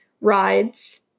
rides